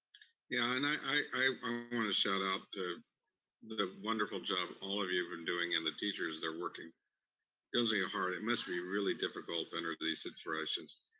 yeah, and i wanna shout-out, that a wonderful job all of you have been doing, and the teachers, they're working doubly ah hard, it must be really difficult under these situations,